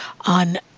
on